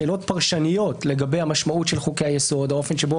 שאלות פרשניות לגבי המשמעות של חוקי היסוד או האופן שבו